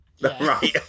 Right